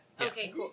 Okay